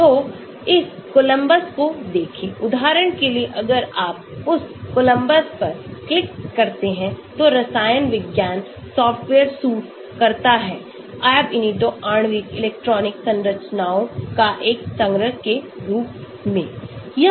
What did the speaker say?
तो इस कोलंबस को देखें उदाहरण के लिए अगर आप उस कोलंबस पर क्लिक करते हैंतो रसायन विज्ञान सॉफ्टवेयर सूटकरता है Ab initio आणविक इलेक्ट्रॉनिक संरचनाओं का एक संग्रह के रूप में